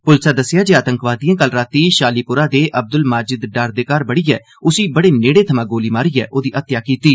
पुलसै दस्सेआ ऐ जे आतंकवादिए कल रातीं शालीपोरा दे अब्दुल माजिद डार दे घर बड़ियै उसी बड़े नेड़े थमां गोली मारियै ओहदी हत्या करी दित्ती